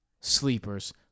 sleepers